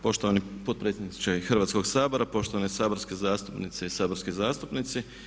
Poštovani potpredsjedniče Hrvatskoga sabora, poštovane saborske zastupnice i saborski zastupnici.